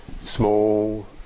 small